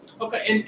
Okay